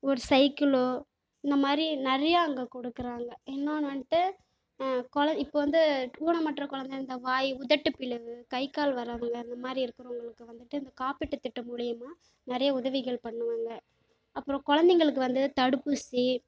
ஒரு சைக்கிளோ இந்த மாதிரி நிறையா அங்கே கொடுக்குறாங்க இன்னொன்று வந்துட்டு இப்போ வந்து ஊனமுற்ற குழந்தை இந்த வாய் உதட்டு பிளவு கை கால் வராதுல இந்த மாதிரி இருக்கிறவங்களுக்கு வந்துட்டு இந்த காப்பீட்டு திட்டம் மூலிமா நிறைய உதவிகள் பண்ணுவாங்க அப்றம் குழந்தைங்களுக்கு வந்து தடுப்பூசி